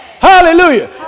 Hallelujah